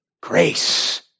Grace